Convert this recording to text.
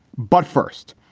but first,